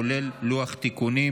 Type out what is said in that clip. כולל לוח התיקונים.